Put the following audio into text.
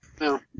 No